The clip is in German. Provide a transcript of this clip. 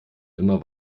immer